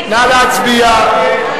נא להצביע.